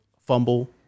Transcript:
fumble